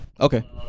Okay